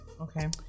Okay